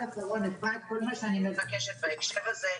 כל מה שאני מבקשת בהקשר הזה,